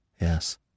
Yes